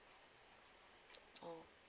orh